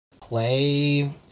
Play